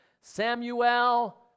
Samuel